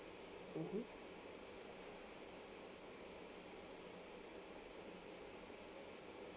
mmhmm